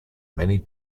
many